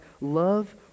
love